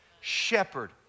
shepherd